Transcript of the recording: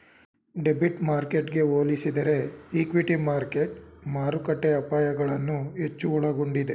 debit ಮಾರ್ಕೆಟ್ಗೆ ಹೋಲಿಸಿದರೆ equity market ಮಾರುಕಟ್ಟೆಯ ಅಪಾಯಗಳನ್ನು ಹೆಚ್ಚು ಒಳಗೊಂಡಿದೆ